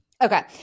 Okay